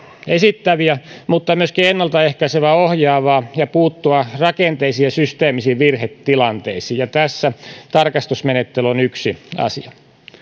esittävää mutta myöskin ennalta ehkäisevää ohjaavaa ja puuttua rakenteisiin ja systeemisiin virhetilanteisiin ja tässä tarkastusmenettely on yksi asia